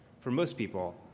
for most people,